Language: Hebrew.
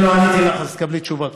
אם לא ענית לך, אז תקבלי תשובה כתובה.